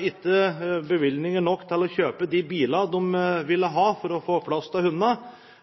ikke bevilgninger nok til å kjøpe de bilene de ville ha for å få plass til hundene.